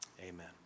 Amen